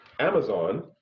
Amazon